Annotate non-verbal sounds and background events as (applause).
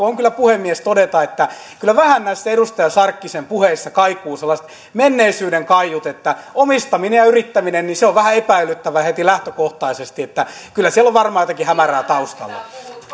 (unintelligible) on kyllä puhemies todeta että kyllä vähän näissä edustaja sarkkisen puheissa kaikuvat sellaiset menneisyyden kaiut että omistaminen ja yrittäminen on vähän epäilyttävää heti lähtökohtaisesti että kyllä siellä on varmaan jotakin hämärää taustalla